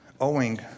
owing